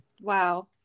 Wow